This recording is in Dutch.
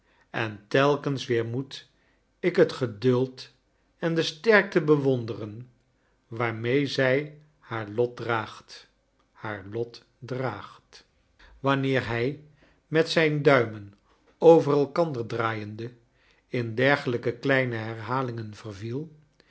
en telkens weer moet ik het geduld en de sterkte bewonderen waarmede zij haar lot draagt haar lot draagt wanneer hij met zijne duimen over elkander draaiende in dergelijke kleine herhalingen vervie